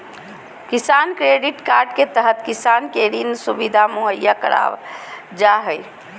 किसान credit card के तहत किसान के ऋण सुविधा मुहैया करावल जा हय